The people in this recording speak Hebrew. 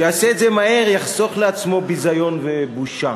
שיעשה את זה מהר ויחסוך לעצמו ביזיון ובושה.